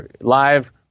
live